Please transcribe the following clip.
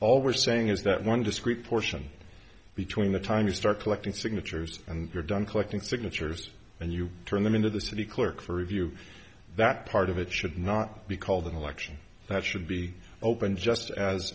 we're saying is that one discrete portion between the time you start collecting signatures and you're done collecting signatures and you turn them into the city clerk for review that part of it should not be called an election that should be open just as